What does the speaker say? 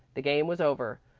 the game was over.